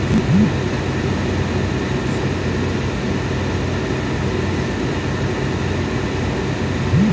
মিল্ট মালে হছে যেট ইক ধরলের ভেষজ উদ্ভিদ থ্যাকে পাওয়া যায়